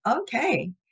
Okay